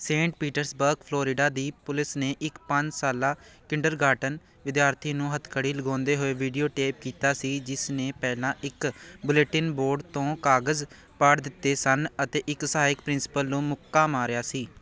Saint Petersburg Florida ਦੀ police ਨੇ ਇੱਕ ਪੰਜ ਸਾਲਾ ਕਿੰਡਰਗਾਰਟਨ ਵਿਦਿਆਰਥੀ ਨੂੰ ਹੱਥਕੜੀ ਲਗਾਉਂਦੇ ਹੋਏ ਵੀਡੀਓ ਟੇਪ ਕੀਤਾ ਸੀ ਜਿਸ ਨੇ ਪਹਿਲਾਂ ਇੱਕ ਬੁਲੇਟਿਨ ਬੋਰਡ ਤੋਂ ਕਾਗਜ਼ ਪਾੜ ਦਿੱਤੇ ਸਨ ਅਤੇ ਇੱਕ ਸਹਾਇਕ ਪ੍ਰਿੰਸੀਪਲ ਨੂੰ ਮੁੱਕਾ ਮਾਰਿਆ ਸੀ